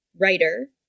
writer